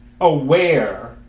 aware